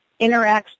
interacts